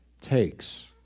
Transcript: takes